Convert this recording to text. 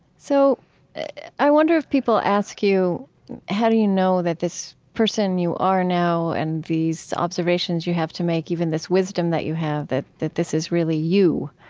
so i wonder if people ask you how do you know that this person you are now, and these observations you have to make, even this wisdom that you have that that this is really you,